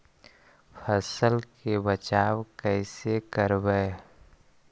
फसल के बचाब कैसे करबय?